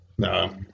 No